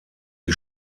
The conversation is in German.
die